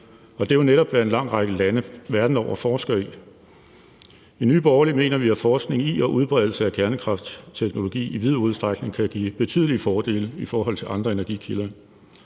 er jo netop, hvad en lang række lande verden over forsker i. I Nye Borgerlige mener vi, at forskning i og udbredelse af kernekraftsteknologi i vid udstrækning kan give betydelige fordele i forhold til andre energikilder,